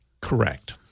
Correct